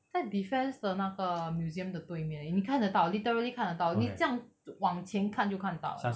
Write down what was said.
在 defence 的那个 museum 的对面而已你看得到 literally 看得到你这样往前看就看得到了